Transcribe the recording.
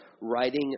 writing